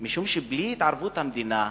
משום שבלי התערבות המדינה,